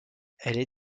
elle